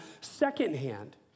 secondhand